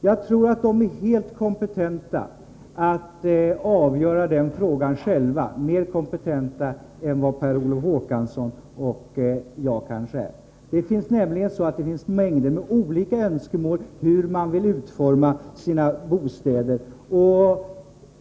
Jag tror att de är helt kompetenta att avgöra den frågan själva, mer kompetenta än vad Per Olof Håkansson och jag kanske är. Det finns mängder av uppfattningar om hur man vill utforma sina bostäder.